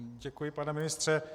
Děkuji, pane ministře.